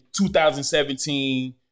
2017